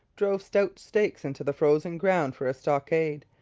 drove stout stakes into the frozen ground for a stockade,